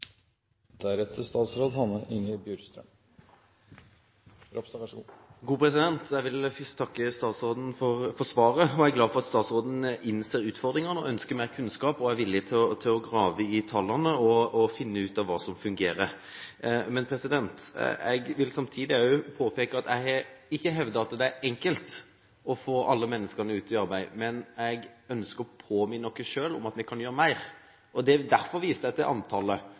glad for at statsråden innser utfordringene, ønsker mer kunnskap og er villig til å grave i tallene og finne ut av hva som fungerer. Jeg vil samtidig også påpeke at jeg ikke har hevdet at det er enkelt å få alle menneskene ut i arbeid, men jeg ønsker å minne oss selv på at vi kan gjøre mer. Derfor viste jeg til antallet. Når jeg sier at det blir flere uføre, er jeg enig med statsråden i at andelen ikke nødvendigvis har økt, men antallet